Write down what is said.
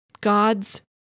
God's